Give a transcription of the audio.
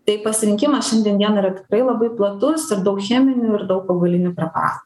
tai pasirinkimas šiandien dieną yra tikrai labai platus ir daug cheminių ir daug augalinių preparatų